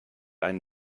einen